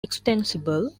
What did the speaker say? extensible